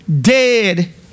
dead